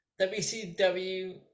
WCW